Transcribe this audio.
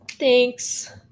Thanks